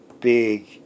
big